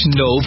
no